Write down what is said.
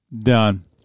done